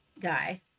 guy